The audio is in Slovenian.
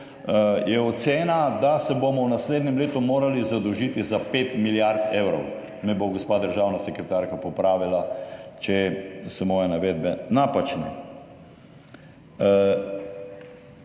je ocena, da se bomo v naslednjem letu morali zadolžiti za pet milijard evrov, me bo gospa državna sekretarka popravila, če so moje navedbe napačne.